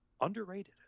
underrated